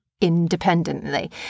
independently